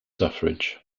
suffrage